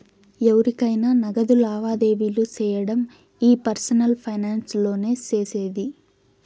ఎవురికైనా నగదు లావాదేవీలు సేయడం ఈ పర్సనల్ ఫైనాన్స్ లోనే సేసేది